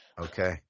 okay